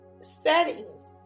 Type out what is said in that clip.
settings